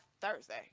thursday